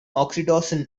oxytocin